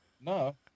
No